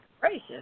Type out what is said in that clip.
gracious